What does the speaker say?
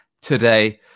today